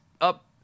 up